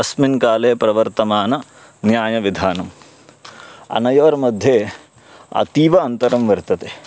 अस्मिन् काले प्रवर्तमानं न्यायविधानम् अनयोर्मध्ये अतीव अन्तरं वर्तते